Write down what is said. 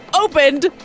opened